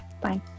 Bye